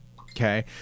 okay